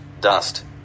dust